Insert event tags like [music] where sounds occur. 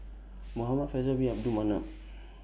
[noise] Muhamad Faisal Bin Abdul Manap